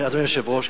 אדוני היושב-ראש,